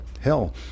hell